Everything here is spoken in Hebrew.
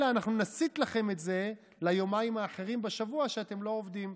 אלא אנחנו נסיט לכם את זה ליומיים האחרים בשבוע שבהם אתם לא עובדים,